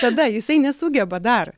tada jisai nesugeba dar